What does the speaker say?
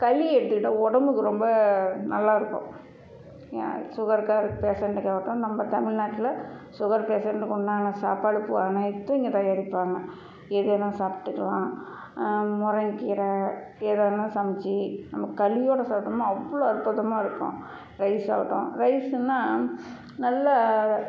களி எடுத்துக்கிட்டா உடம்புக்கு ரொம்ப நல்லா இருக்கும் சுகருக்காக அது பேசண்டுக்காக ஆகட்டும் நம்ப தமிழ்நாட்ல சுகர் பேஷண்டுக்கு உண்டான சாப்பாடு போ அனைத்தும் இங்கே தயாரிப்பாங்க எது வேணா சாப்பிட்டுக்லாம் முரங்க கீரை கீரை வாங்கினா சமைச்சி நம்ம களியோட சாப்பிட்டோம்னா அவ்வளோ அற்புதமாக இருக்கும் ரைஸ் ஆகட்டும் ரைஸ்ஸுன்னா நல்லா